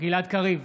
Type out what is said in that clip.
גלעד קריב,